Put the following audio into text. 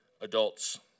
adults